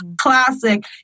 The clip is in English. Classic